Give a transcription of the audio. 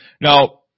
Now